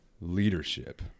leadership